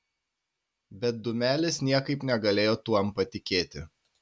bet dūmelis niekaip negalėjo tuom patikėti